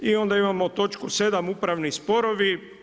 I onda imamo točku 7. upravni sporovi.